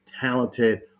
talented